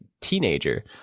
teenager